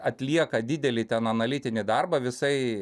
atlieka didelį ten analitinį darbą visai